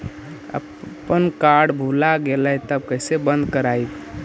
अपन कार्ड भुला गेलय तब कैसे बन्द कराइब?